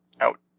out